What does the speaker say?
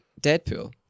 Deadpool